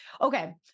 Okay